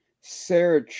Sarah